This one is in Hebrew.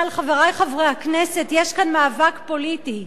אבל, חברי חברי הכנסת, יש כאן מאבק פוליטי,